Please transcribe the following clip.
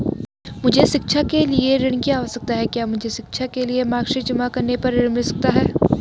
मुझे शिक्षा के लिए ऋण की आवश्यकता है क्या मुझे शिक्षा के लिए मार्कशीट जमा करने पर ऋण मिल सकता है?